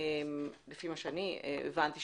לפי מה שאני הבנתי,